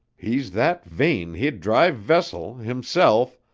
he's that vain he'd drive vessel, himself,